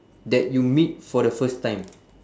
that you meet for the first time